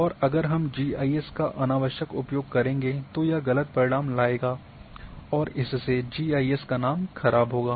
और अगर हम जीआईएस का अनावश्यक उपयोग करेंगे तो यह ग़लत परिणाम लाएगा और इससे जीआईएस का नाम ख़राब होगा